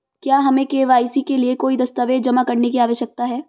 क्या हमें के.वाई.सी के लिए कोई दस्तावेज़ जमा करने की आवश्यकता है?